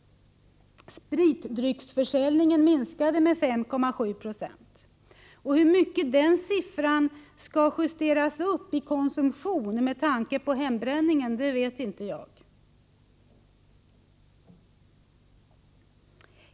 Spritdrycksförsäljningen minskade med 5,7 Jo. Hur mycket den siffran med tanke på hembränningen skall justeras upp för att ange konsumtionen vet inte jag.